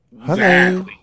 Hello